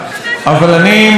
אבל אני מציע לכם,